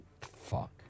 Fuck